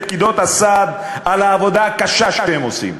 פקידות הסעד על העבודה הקשה שהם עושים.